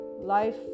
life